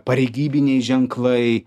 pareigybiniai ženklai